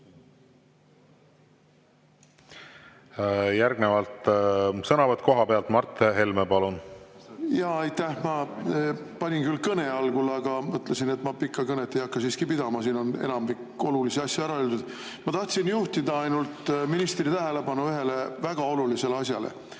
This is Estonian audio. Järgnevalt sõnavõtt kohapealt. Mart Helme, palun! Aitäh! Ma panin küll kõne algul, aga mõtlesin, et ma pikka kõnet ei hakka siiski pidama. Siin on enamik olulisi asju ära öeldud. Ma tahtsin juhtida ainult ministri tähelepanu ühele väga olulisele asjale.